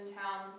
town